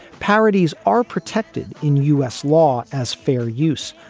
parodies are protected in u s. law as fair use,